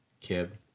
Kib